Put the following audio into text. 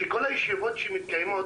שכל הישיבות שמתקיימות,